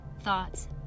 thoughts